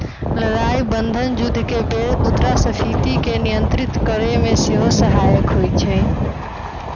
लड़ाइ बन्धन जुद्ध के बेर मुद्रास्फीति के नियंत्रित करेमे सेहो सहायक होइ छइ